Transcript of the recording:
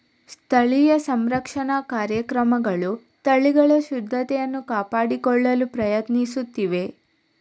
ಸ್ಥಳೀಯ ಸಂರಕ್ಷಣಾ ಕಾರ್ಯಕ್ರಮಗಳು ತಳಿಗಳ ಶುದ್ಧತೆಯನ್ನು ಕಾಪಾಡಿಕೊಳ್ಳಲು ಪ್ರಯತ್ನಿಸುತ್ತಿವೆ